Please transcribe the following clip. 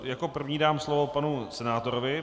Jako první dám slovo panu senátorovi.